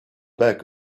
back